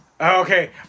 Okay